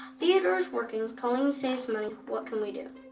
theodore is working, pauline saves money, what can we do?